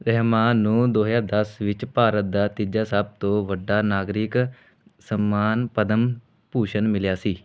ਰਹਿਮਾਨ ਨੂੰ ਦੋ ਹਜ਼ਾਰ ਦਸ ਵਿੱਚ ਭਾਰਤ ਦਾ ਤੀਜਾ ਸਭ ਤੋਂ ਵੱਡਾ ਨਾਗਰਿਕ ਸਨਮਾਨ ਪਦਮ ਭੂਸ਼ਣ ਮਿਲਿਆ ਸੀ